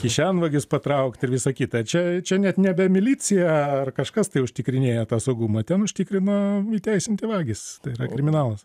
kišenvagius patraukti ir visą kitą čia čia net nebe milicija ar kažkas tai užtikrinėja tą saugumą ten užtikrino įteisinti vagys tai yra kriminalas